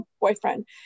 boyfriend